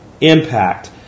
Impact